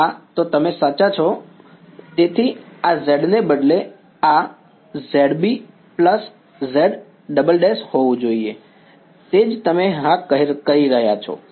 હા તો તમે સાચા છો તેથી આ z ને બદલે આ zB z′′ હોવું જોઈએ તે જ તમે હા કહી રહ્યા છો